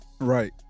Right